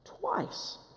Twice